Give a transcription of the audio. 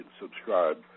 subscribe